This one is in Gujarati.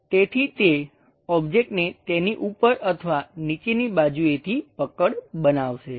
તેથી તે ઓબ્જેક્ટને તેની ઉપર અથવા નીચેની બાજુએથી પકડ બનાવશે